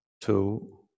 two